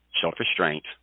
self-restraint